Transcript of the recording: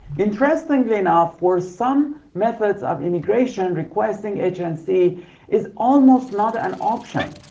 interestingly enough, for some methods of immigration, requesting h and c is almost not an option.